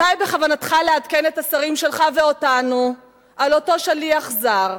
מתי בכוונתך לעדכן את השרים שלך ואותנו על אותו שליח זר,